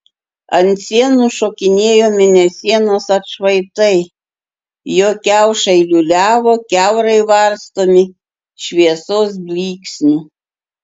ant sienų šokinėjo mėnesienos atšvaitai jo kiaušai liūliavo kiaurai varstomi šviesos blyksnių